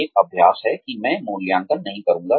एक अभ्यास है कि मैं मूल्यांकन नहीं करूंगा